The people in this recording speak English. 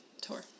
tour